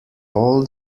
all